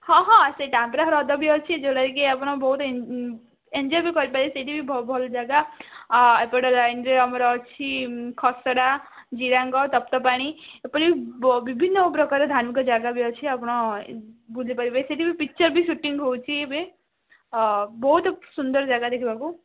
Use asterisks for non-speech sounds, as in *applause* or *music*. ହଁ ହଁ ସେଇ *unintelligible* ହ୍ରଦ ବି ଅଛି ଯେଉଁଟା କି ଆପଣ ବହୁତ ଏନ୍ଜୟ ବି କରିପାରିବେ ସେଇଟା ବି ଭଲ ଜାଗା ଏପଟ ଲାଇନ୍ରେ ଆମର ଅଛି ଖସଡ଼ା ଜିରାଙ୍ଗ ତପ୍ତପାଣି ଏଭଳି ବିଭିନ୍ନ ପ୍ରକାର ଧାର୍ମିକ ଜାଗା ବି ଅଛି ଆପଣ ବୁଲିପାରିବେ ସେଠି ବି ପିକଚର୍ ବି ସୁଟିଂ ହେଉଛି ଏବେ ବହୁତ ସୁନ୍ଦର ଜାଗା ଦେଖିବାକୁ